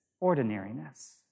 ordinariness